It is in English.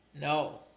No